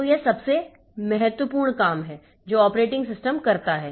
तो यह सबसे महत्वपूर्ण काम है जो ऑपरेटिंग सिस्टम करता है